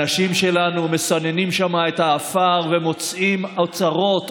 אנשים שלנו מסננים שם את העפר ומוצאים אוצרות,